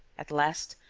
at last,